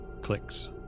Clicks